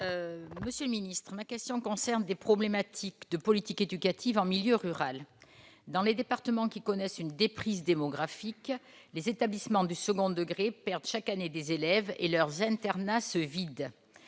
Monsieur le ministre, ma question concerne des problématiques de politique éducative en milieu rural. Dans les départements qui connaissent une déprise démographique, les établissements du second degré perdent chaque année des élèves, et leurs internats se vident.